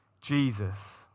Jesus